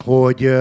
hogy